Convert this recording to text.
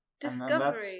discovery